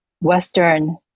western